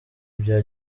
bya